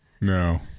No